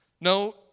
No